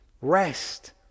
rest